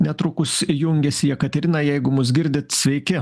netrukus jungiasi jekaterina jeigu mus girdit sveiki